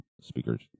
Speakers